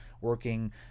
working